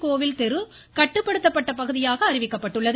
கோவில் தெரு கட்டுப்படுத்தப்பட்ட பகுதியாக அறிவிக்கப்பட்டுள்ளது